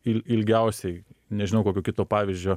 il ilgiausiai nežinau kokio kito pavyzdžio